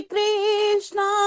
Krishna